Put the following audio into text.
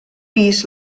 pis